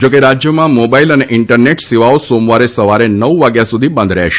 જો કે રાજ્યમાં મોબાઇલ અને ઇન્ટરનેટ સેવાઓ સોમવારે સવારે નવ વાગ્યા સુધી બંધ રહેશે